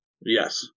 Yes